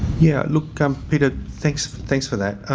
yeah. look um peter thanks thanks for that.